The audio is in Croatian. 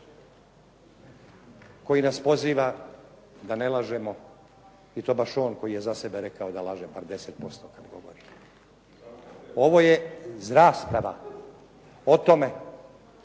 koji nas poziva da ne lažemo i to baš on koji je za sebe rekao da laže bar 10% kad govori. Ovo je rasprava o tome